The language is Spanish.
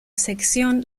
sección